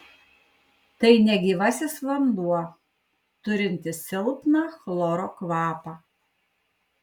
tai negyvasis vanduo turintis silpną chloro kvapą